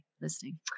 listening